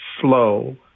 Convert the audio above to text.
slow